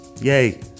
Yay